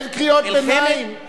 אין קריאות ביניים.